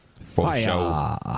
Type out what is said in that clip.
Fire